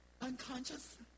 unconscious